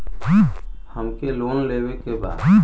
हमके लोन लेवे के बा?